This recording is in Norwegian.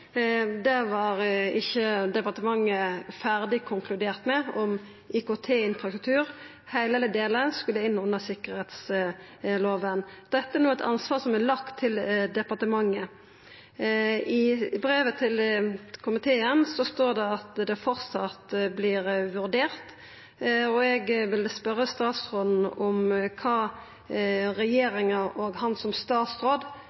tryggingslova, var ikkje departementet ferdig konkludert i spørsmålet om IKT-infrastrukturen, heilt eller delvis, skulle inn under tryggingslova. Dette er no eit ansvar som er lagt til departementet. I brevet til komiteen står det at det framleis vert vurdert, og eg ville spørja statsråden om kva